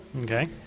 Okay